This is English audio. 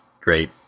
great